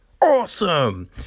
awesome